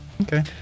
Okay